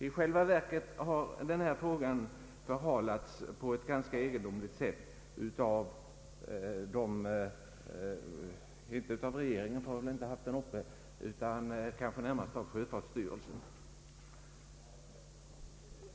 I själva verket har skyddsfrågan förhalats på ett ganska egendomligt sätt, inte av regeringen, som inte behandlat den, utan av andra myndigheter!